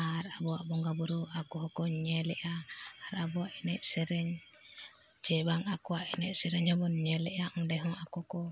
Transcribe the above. ᱟᱨ ᱟᱵᱚᱣᱟᱜ ᱵᱚᱸᱜᱟ ᱵᱩᱨᱩ ᱟᱠᱚ ᱦᱚᱠᱚ ᱧᱮᱞᱮᱜᱼᱟ ᱟᱨ ᱟᱵᱚᱣᱟᱜ ᱮᱱᱮᱡ ᱥᱮᱨᱮᱧ ᱥᱮ ᱵᱟᱝ ᱟᱠᱚᱣᱟᱜ ᱮᱱᱮᱡᱼᱥᱮᱨᱮᱧ ᱦᱚᱵᱚᱱ ᱧᱮᱞᱮᱜᱼᱟ ᱚᱸᱰᱮ ᱦᱚᱸ ᱟᱠᱚ ᱠᱚ